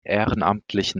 ehrenamtlichen